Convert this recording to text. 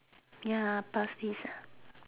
ya pass this ah